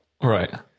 Right